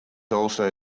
also